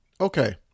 Okay